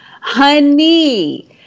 honey